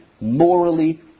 morally